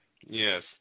Yes